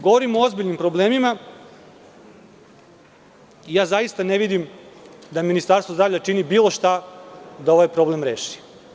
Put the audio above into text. Govorim o ozbiljnim problemima, i ja zaista ne vidim da Ministarstvo zdravlja čini bilo šta da ovaj problem reši.